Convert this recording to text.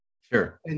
Sure